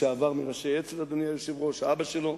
לשעבר מראשי האצ"ל, אדוני היושב-ראש, האבא שלו,